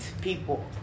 people